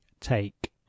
take